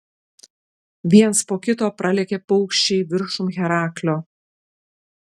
viens po kito pralėkė paukščiai viršum heraklio